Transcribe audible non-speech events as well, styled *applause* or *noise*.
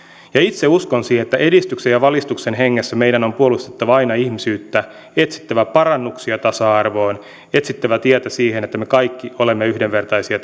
itse uskon siihen että edistyksen ja valistuksen hengessä meidän on puolustettava aina ihmisyyttä etsittävä parannuksia tasa arvoon etsittävä tietä siihen että me kaikki olemme yhdenvertaisia *unintelligible*